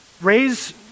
raise